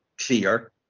clear